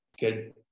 good